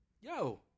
Yo